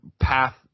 path